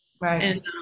Right